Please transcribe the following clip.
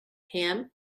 ham